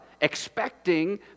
expecting